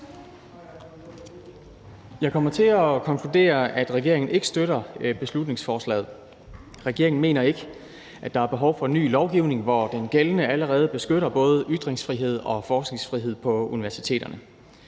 Jeg kommer til at konkludere, at regeringen ikke støtter beslutningsforslaget. Regeringen mener ikke, at der er behov for ny lovgivning, hvor den gældende allerede beskytter både ytringsfrihed og forskningsfrihed på universiteterne.